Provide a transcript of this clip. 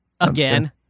Again